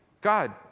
God